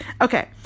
Okay